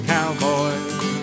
Cowboys